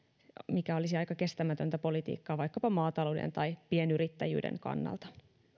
mikä olisi aika kestämätöntä politiikkaa vaikkapa maatalouden tai pienyrittäjyyden kannalta